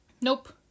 Nope